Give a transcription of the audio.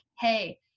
Hey